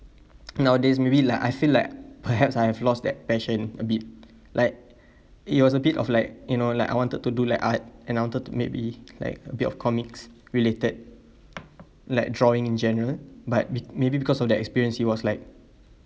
nowadays maybe like I feel like perhaps I have lost that passion a bit like it was a bit of like you know like I wanted to do like art and I wanted to maybe like a bit of comics related like drawing in general but ma~ maybe because of the experience it was like